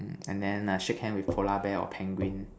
and then err shake hand with polar bear or penguin